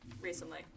recently